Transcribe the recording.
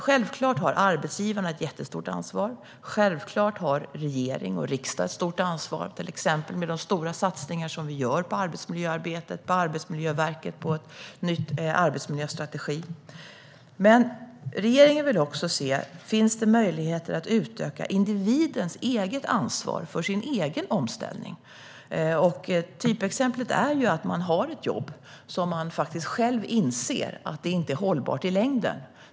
Självklart har arbetsgivarna ett jättestort ansvar, och självklart har regering och riksdag ett stort ansvar - till exempel genom de stora satsningar vi gör på arbetsmiljöarbetet på Arbetsmiljöverket och en ny arbetsmiljöstrategi. Regeringen vill dock även se om det finns möjligheter att utöka individens ansvar för den egna omställningen. Typexemplet är ju att man har ett jobb och faktiskt själv inser att det inte är hållbart i längden.